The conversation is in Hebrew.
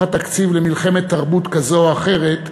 התקציב למלחמת תרבות כזאת או אחרת,